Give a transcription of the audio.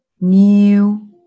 new